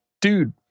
dude